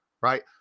right